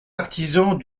artisans